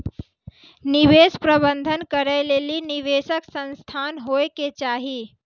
निवेश प्रबंधन करै लेली निवेशक संस्थान होय के चाहि